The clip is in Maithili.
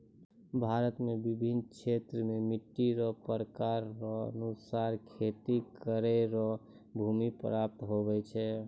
भारत मे बिभिन्न क्षेत्र मे मट्टी रो प्रकार रो अनुसार खेती करै रो भूमी प्रयाप्त हुवै छै